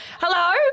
Hello